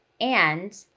and-